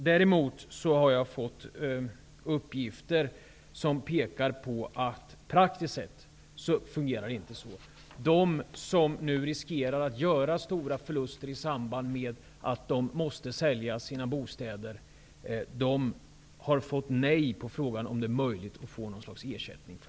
Däremot har jag fått uppgifter som pekar på att det inte fungerar så i praktiken. De som nu riskerar att göra stora förluster i samband med att de måste sälja sina bostäder har fått nej till svar på frågan om det är möjligt att få något slags ersättning.